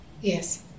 Yes